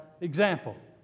example